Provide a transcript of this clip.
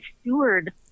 steward